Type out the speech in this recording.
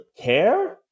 care